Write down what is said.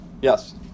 yes